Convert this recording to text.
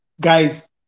Guys